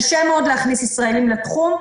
קשה מאוד להכניס ישראלים לתחום.